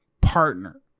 partner